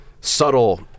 subtle